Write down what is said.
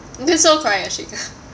that's so correct ya shika